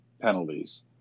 penalties